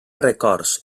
records